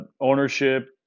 ownership